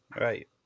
Right